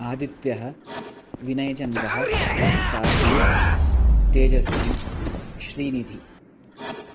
आदित्यः विनयचन्द्रः गार्गी तेजस्वी श्रीनिधिः